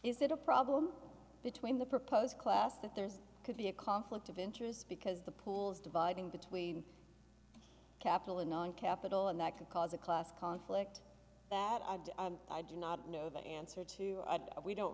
is it a problem between the proposed class that there's could be a conflict of interest because the pools dividing between capital and non capital and that can cause a class conflict that i do i do not know the answer to we don't